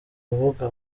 rubuga